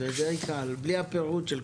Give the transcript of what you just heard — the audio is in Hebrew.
זה דיי קל, בלי הפירוט של כל סעיף.